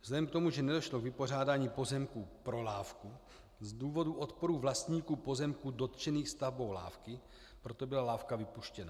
Vzhledem k tomu, že nedošlo k vypořádání pozemků pro lávku z důvodu odporu vlastníků pozemků dotčených stavbou lávky, proto byla lávka vypuštěna.